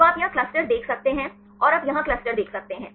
तो आप यहाँ क्लस्टर देख सकते हैं और आप यहाँ क्लस्टर देख सकते हैं